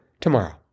tomorrow